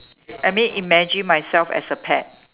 I mean imagine myself as a pet